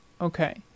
Okay